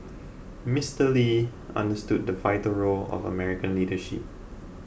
Mister Lee understood the vital role of American leadership